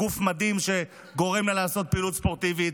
גוף מדהים שגורם לעשות פעילות ספורטיבית,